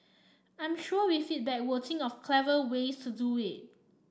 I'm sure with feedback we'll think of clever ways to do it